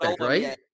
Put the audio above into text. right